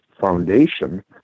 foundation